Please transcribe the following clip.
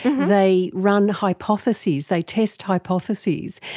they run hypotheses, they test hypotheses.